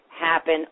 Happen